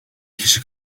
kişi